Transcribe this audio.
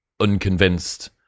unconvinced